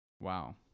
Wow